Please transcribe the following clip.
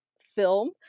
film